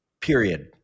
period